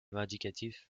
vindicatif